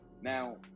Now